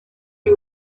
you